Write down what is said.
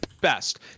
best